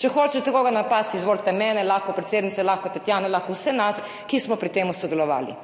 Če hočete koga napasti, izvolite mene, lahko predsednico, lahko Tatjano, lahko vse nas, ki smo pri tem sodelovali.